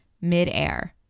midair